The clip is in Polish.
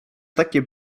takie